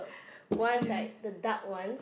ones right the dark ones